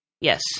Yes